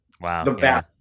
Wow